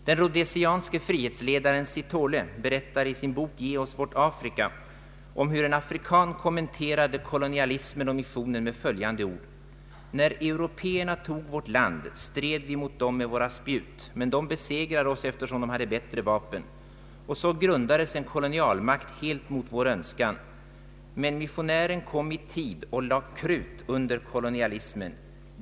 Den rhodesianske frihetsledaren Sithole berättar i sin bok ”Ge oss vårt Afrika” om hur en afrikan kommenterade kolonialismen och missionen med följande ord: ”När européerna tog vårt land, stred vi mot dem med våra spjut, men de besegrade oss efter som de hade bättre vapen. Och så grundades en kolonialmakt helt mot vår önskan. Men se, missionären kom i tid och lade krut under kolonialismen.